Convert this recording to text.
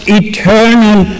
eternal